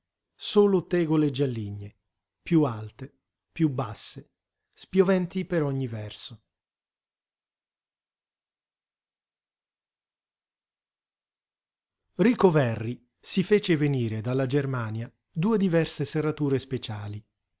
solo tegole gialligne piú alte piú basse spioventi per ogni verso rico verri si fece venire dalla germania due diverse serrature speciali